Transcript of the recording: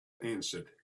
answered